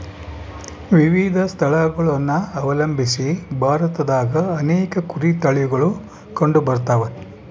ವಿವಿಧ ಸ್ಥಳಗುಳನ ಅವಲಂಬಿಸಿ ಭಾರತದಾಗ ಅನೇಕ ಕುರಿ ತಳಿಗುಳು ಕಂಡುಬರತವ